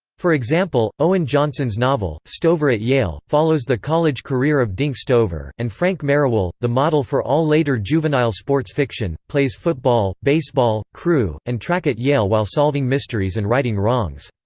for example, owen johnson's novel, stover at yale, follows the college career of dink stover, and frank merriwell, the model for all later later juvenile sports fiction, plays football, baseball, crew, and track at yale while solving mysteries and righting wrongs.